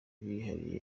bihariye